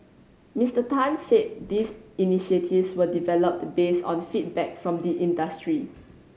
Mister Tan said these initiatives were developed based on feedback from the industry